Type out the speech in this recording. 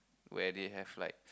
where they have like